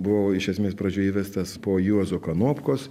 buvau iš esmės pradžioj įvestas po juozo kanopkos